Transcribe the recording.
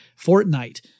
Fortnite